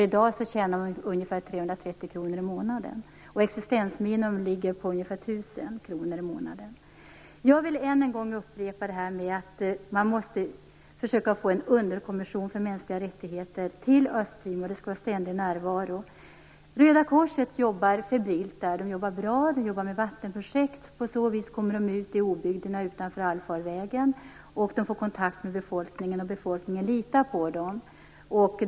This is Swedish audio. I dag tjänar de ungefär 330 kronor per månad, och existensminimum ligger på ungefär Jag vill än en gång upprepa att man måste försöka att få till stånd en underkommission för mänskliga rättigheter till Östtimor, med ständig närvaro. Röda korset arbetar febrilt där. Man jobbar bra med vattenprojekt. På så vis kommer man ut i obygden utanför allfarvägen och får kontakt med befolkningen, och befolkningen litar på Röda korset.